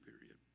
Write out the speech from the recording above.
period